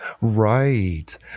Right